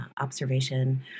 observation